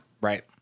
Right